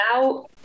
now